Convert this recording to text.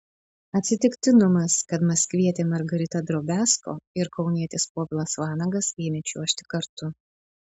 atsitiktinumas kad maskvietė margarita drobiazko ir kaunietis povilas vanagas ėmė čiuožti kartu